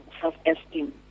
self-esteem